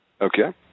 Okay